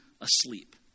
asleep